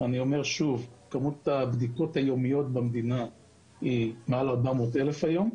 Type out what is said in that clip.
אני אומר שוב: כמות הבדיקות היומיות במדינה היא היום 450 אלף.